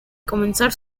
comenzar